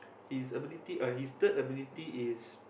his ability uh his third ability is